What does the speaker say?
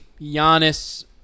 Giannis